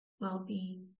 well-being